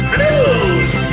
Blues